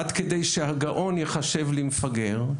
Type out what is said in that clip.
עד כדי שהגאון יחשב למפגר,